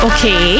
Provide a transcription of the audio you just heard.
Okay